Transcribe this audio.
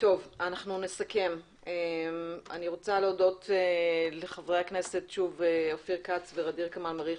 רוצה לסכם וקודם כל להודות לחברי הכנסת אופיר כץ וע'דיר כמאל מריח